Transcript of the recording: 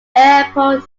airport